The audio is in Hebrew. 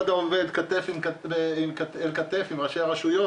מד"א עובד כתף אל כתף עם ראשי הרשויות,